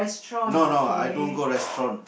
no no I don't go restaurant